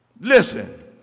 Listen